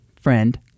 friend